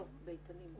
לא, באיתנים.